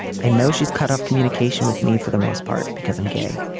i know she's cut off communication with me for the most part because i'm gay.